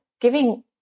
giving